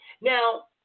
Now